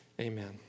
amen